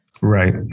Right